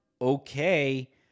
Okay